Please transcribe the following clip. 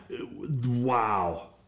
Wow